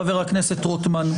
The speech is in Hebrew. חבר הכנסת רוטמן,